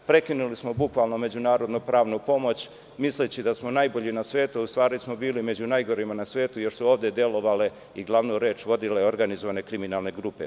Prekinuli smo bukvalno međunarodnu pravnu pomoć misleći da smo najbolji na svetu, a u stvari smo bili među najgorima na svetu, još su ovde delovanje i glavnu reč vodile organizovane kriminalne grupe.